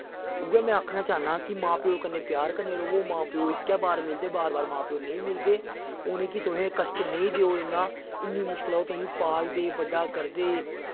उऐ मैं आक्खना चाह्ना कि मां प्यो कन्नै प्यार कन्नै र'वो मां प्यो इक्कै बार मिलदे बार बार मां प्यो निं मिलदे उ'नें गी तुस कश्ट नेईं देओ इन्ना इन्नी मुशकलैं तुसें गी पालदे बड्डा करदे